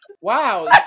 Wow